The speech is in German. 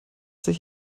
sich